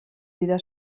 dira